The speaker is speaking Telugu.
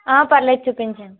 పర్లేదు చూపించండి